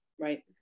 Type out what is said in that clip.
Right